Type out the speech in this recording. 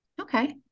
Okay